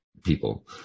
people